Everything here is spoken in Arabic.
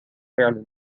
فعل